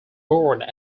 board